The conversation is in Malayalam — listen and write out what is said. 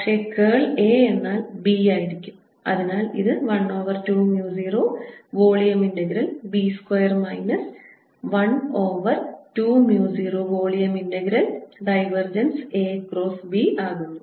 പക്ഷേ കേൾ A എന്നാൽ B ആയിരിക്കും അതിനാൽ ഇത് 1 over 2 mu 0 volume integral B square minus 1 over 2 mu 0 volume integral divergence A cross B ആകുന്നു